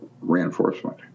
reinforcement